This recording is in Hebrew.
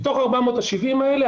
מתוך 470 האלה,